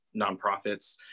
nonprofits